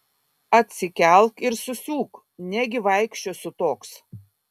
atsikelk ir susiūk negi vaikščiosiu toks